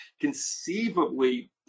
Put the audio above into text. conceivably